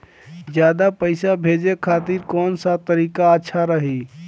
ज्यादा पईसा भेजे खातिर कौन सा तरीका अच्छा रही?